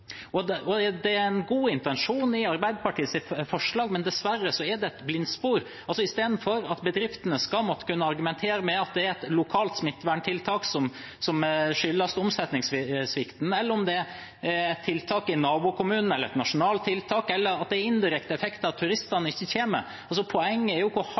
Det er en god intensjon i Arbeiderpartiets forslag, men dessverre er det et blindspor. I stedet for at bedriftene skal måtte kunne argumentere med at omsetningssvikten skyldes et lokalt smitteverntiltak, et tiltak i nabokommunen, et nasjonalt tiltak eller en indirekte effekt av at turistene ikke kommer, er poenget hvor hardt bedrifter er rammet. Vi må sørge for bedre krisehjelp for alle bedrifter som er